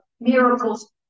miracles